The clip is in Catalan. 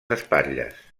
espatlles